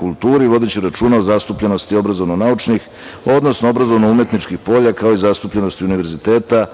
kulturi, vodeći računa o zastupljenosti obrazovno-naučnih, odnosno obrazovno-umetničkih polja, kao i zastupljenosti univerziteta